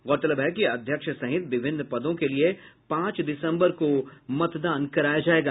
गौरतलब है कि अध्यक्ष सहित विभिन्न पदों के लिये पांच दिसम्बर को मतदान कराया जायेगा